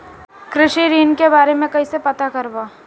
कृषि ऋण के बारे मे कइसे पता करब?